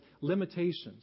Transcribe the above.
limitations